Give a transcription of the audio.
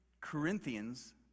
Corinthians